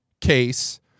case